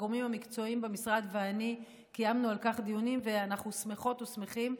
הגורמים המקצועיים במשרד ואני קיימנו על כך דיונים ואנחנו שמחות ושמחים,